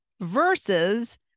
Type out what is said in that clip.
versus